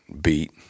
beat